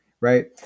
right